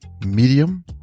medium